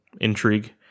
intrigue